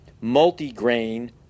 multi-grain